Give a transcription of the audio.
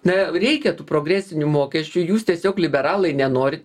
na reikia tų progresinių mokesčių jūs tiesiog liberalai nenorit